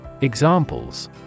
Examples